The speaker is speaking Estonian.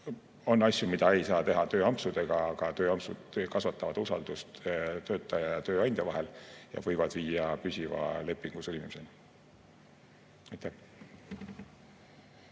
On asju, mida ei saa teha tööampsudena, aga tööampsud kasvatavad usaldust töötaja ja tööandja vahel ning võivad viia püsiva lepingu sõlmimiseni.